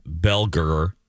Belger